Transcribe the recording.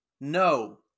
No